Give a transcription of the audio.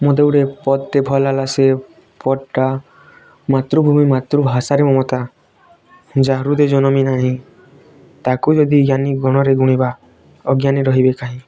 ମୋତେ ଗୋଟେ ପଂକ୍ତିଟି ଭଲ ଲାଗ୍ଲା ସେ ପଂକ୍ତିଟା ମାତୃଭୂମି ମାତୃଭାଷାରେ ମମତା ଯା ହୃଦେ ଜନମି ନାହିଁ ତାକୁ ଯଦି ଜ୍ଞାନୀ ଗଣରେ ଗୁଣିବା ଅଜ୍ଞାନୀ ରହିବେ କାହିଁ